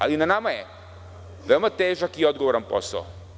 Ali, na nama je veoma težak i odgovoran posao.